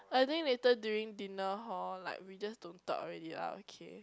I think later during dinner hor like we just don't talk already lah okay